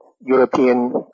European